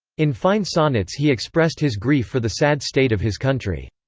in fine sonnets he expressed his grief for the sad state of his country.